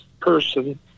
person